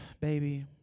Baby